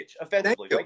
offensively